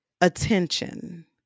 attention